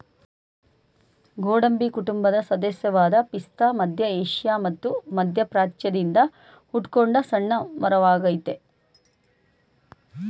ಗೋಡಂಬಿ ಕುಟುಂಬದ ಸದಸ್ಯವಾದ ಪಿಸ್ತಾ ಮಧ್ಯ ಏಷ್ಯಾ ಮತ್ತು ಮಧ್ಯಪ್ರಾಚ್ಯದಿಂದ ಹುಟ್ಕೊಂಡ ಸಣ್ಣ ಮರವಾಗಯ್ತೆ